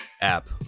app